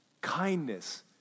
kindness